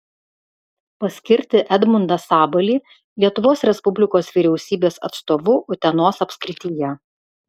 paskirti edmundą sabalį lietuvos respublikos vyriausybės atstovu utenos apskrityje